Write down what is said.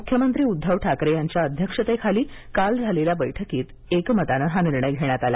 मुख्यमंत्री उद्दव ठाकरे यांच्या अध्यक्षतेखाली काल झालेल्या बैठकीत एकमताने हा निर्णय घेण्यात आला